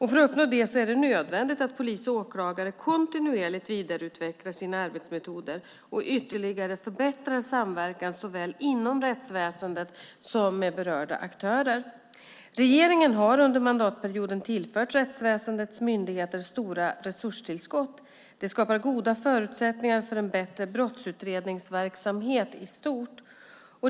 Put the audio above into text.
För att uppnå detta är det nödvändigt att polis och åklagare kontinuerligt vidareutvecklar sina arbetsmetoder och ytterligare förbättrar samverkan såväl inom rättsväsendet som med andra berörda aktörer. Regeringen har under mandatperioden tillfört rättsväsendets myndigheter stora resurstillskott. Detta skapar goda förutsättningar för en bättre brottsutredningsverksamhet i stort.